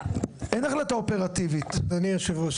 אדוני היו"ר,